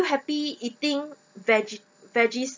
happy eating vege~ veggies